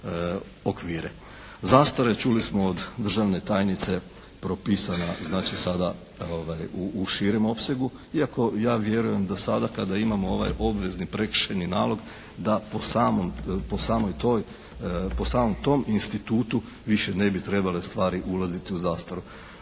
Zastare, čuli smo od državne tajnice propisana znači sada u širem opsegu iako ja vjerujem da sada kada imamo ovaj obvezni prekršajni nalog da po samom, po samoj toj, po samom tom institutu više ne bi trebale stvari ulaziti u zastaru.